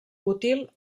útil